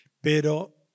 pero